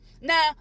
Now